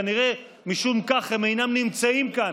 וכנראה משום כך הם אינם נמצאים כאן,